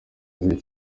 azwi